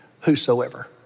whosoever